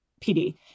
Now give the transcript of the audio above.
pd